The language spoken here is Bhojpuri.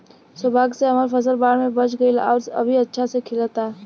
सौभाग्य से हमर फसल बाढ़ में बच गइल आउर अभी अच्छा से खिलता